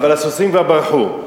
אבל הסוסים כבר ברחו.